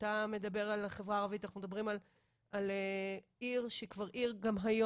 אתה מדבר על החברה הערבית ואנחנו מדברים על עיר שהיא כבר עיר היום,